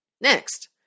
Next